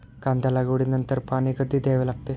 कांदा लागवडी नंतर पाणी कधी द्यावे लागते?